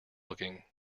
looking